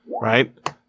Right